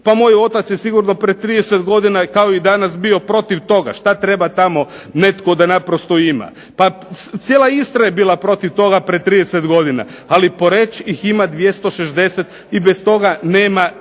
pa moj otac je sigurno pred 30 godina kao i danas bio protiv toga, šta treba tamo netko da naprosto ima. Pa cijela Istra je bila protiv toga pred 30 godina, ali Poreč ih ima 260 i bez toga nema